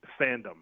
fandom